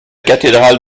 cathédrale